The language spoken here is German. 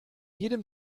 jedem